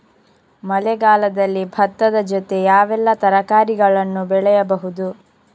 ಮಳೆಗಾಲದಲ್ಲಿ ಭತ್ತದ ಜೊತೆ ಯಾವೆಲ್ಲಾ ತರಕಾರಿಗಳನ್ನು ಬೆಳೆಯಬಹುದು?